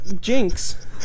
Jinx